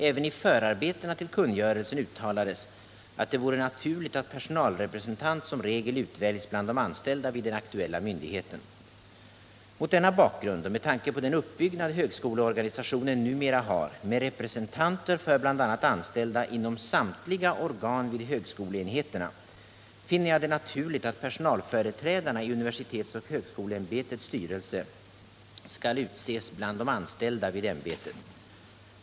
Även i förarbetena till kungörelsen uttalades att det vore naturligt att personalrepresentant som regel utväljs bland de anställda vid den aktuella myndigheten. Mot denna bakgrund och med tanke på den uppbyggnad högskoleorganisationen numera har med representanter för bl.a. anställda inom samtliga organ vid högskoleenheterna finner jag det naturligt att personalföreträdarna i universitetsoch högskoleämbetets styrelse skall utses bland de anställda vid ämbetet.